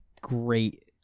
great